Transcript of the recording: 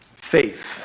Faith